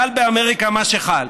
חל באמריקה מה שחל.